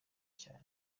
cyane